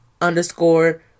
underscore